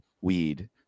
weed